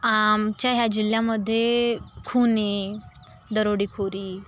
आमच्या ह्या जिल्ह्यामध्ये खून दरोडेखोरी